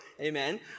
amen